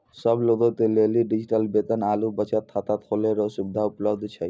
सब लोगे के लेली डिजिटल वेतन आरू बचत खाता खोलै रो सुविधा उपलब्ध छै